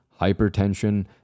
hypertension